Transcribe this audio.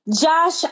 Josh